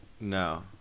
No